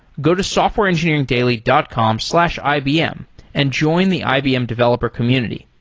go to softwareengineeringdaily dot com slash ibm and join the ibm developer community.